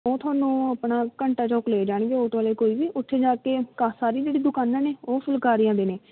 ਉਹ ਤੁਹਾਨੂੰ ਆਪਣਾ ਘੰਟਾ ਚੌਂਕ ਲੈ ਜਾਣਗੇ ਆਟੋ ਵਾਲੇ ਕੋਈ ਵੀ ਉੱਥੇ ਜਾ ਕੇ ਕਾਫ਼ੀ ਸਾਰੀ ਜਿਹੜੀ ਦੁਕਾਨਾਂ ਨੇ ਉਹ ਫੁਲਕਾਰੀਆਂ ਦੇ ਨੇ